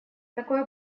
такое